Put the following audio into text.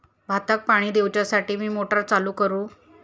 भाताक पाणी दिवच्यासाठी मी मोटर चालू करू?